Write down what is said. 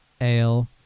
ale